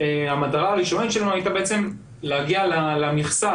המטרה הראשונית שלנו הייתה בעצם להגיע למכסה,